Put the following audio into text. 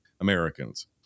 Americans